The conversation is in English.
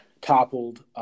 toppled